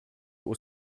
aux